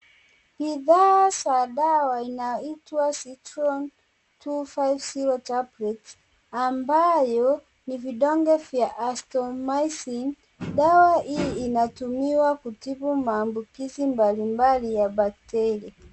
NI dawa za dawa inayoitwa Zitron-250 tablets ambayo ni vidonge vya Azinthromicin dawa hii hutumiwa kutibu maambukizi mbalimbali ya bakteria.